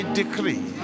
decree